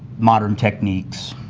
modern techniques,